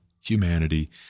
humanity